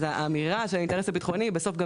האמירה של האינטרס הביטחוני בסוף גם